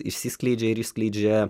išsiskleidžia ir išskleidžia